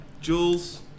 Jules